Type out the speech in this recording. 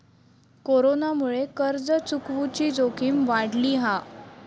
कोरोनामुळे कर्ज चुकवुची जोखीम वाढली हा